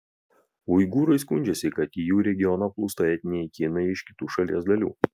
uigūrai skundžiasi kad į jų regioną plūsta etniniai kinai iš kitų šalies dalių